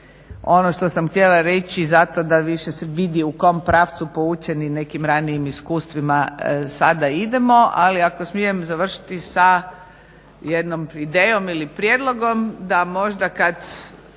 ono što sam htjela reći, zato da više se vidi u kom pravcu poučeni nekim ranijim iskustvima sada idemo. Ali ako smijem završiti sa jednom idejom ili prijedlogom da možda kad